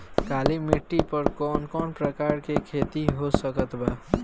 काली मिट्टी पर कौन कौन प्रकार के खेती हो सकत बा?